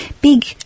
big